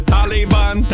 Taliban